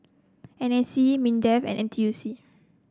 N A C Mindefand N T U C